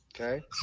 Okay